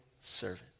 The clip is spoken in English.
servant